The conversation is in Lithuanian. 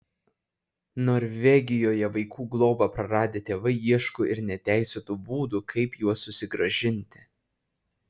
norvegijoje vaikų globą praradę tėvai ieško ir neteisėtų būdų kaip juos susigrąžinti